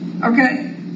Okay